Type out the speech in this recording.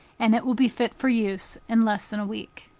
and it will be fit for use in less than a week.